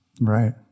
Right